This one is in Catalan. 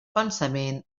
pensament